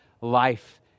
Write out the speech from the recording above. life